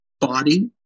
body